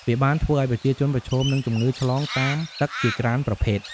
វាបានធ្វើឱ្យប្រជាជនប្រឈមនឹងជំងឺឆ្លងតាមទឹកជាច្រើនប្រភេទ។